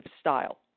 style